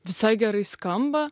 visai gerai skamba